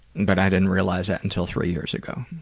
but i didn't realize that until three years ago.